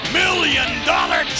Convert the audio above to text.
million-dollar